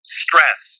stress